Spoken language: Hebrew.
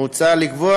מוצע לקבוע